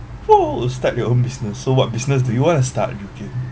oh start your own business so what business do you want to start ju kin